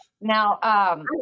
Now